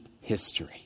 history